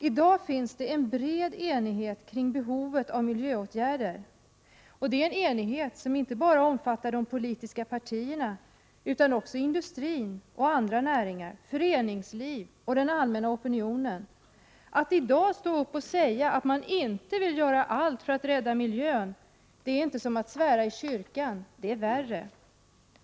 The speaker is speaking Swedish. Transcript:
I dag finns det en bred enighet kring behovet av miljöåtgärder, och det är en enighet som inte bara omfattar de politiska partierna utan också industrin och andra näringar, föreningsliv och den allmänna opinionen. Att i dag stå upp och säga att man inte vill göra allt för att rädda miljön är inte som att svära i kyrkan, det är värre.